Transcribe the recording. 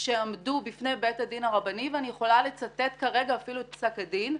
שעמדו בפני בית הדין הרבני ואני יכולה לצטט כרגע אפילו את פסק הדין,